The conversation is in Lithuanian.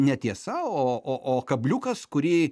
ne tiesa o o o kabliukas kurį